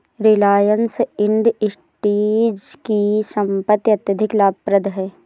Reliance Industries की संपत्ति अत्यधिक लाभप्रद है